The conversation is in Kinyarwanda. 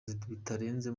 bitarenze